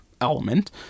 element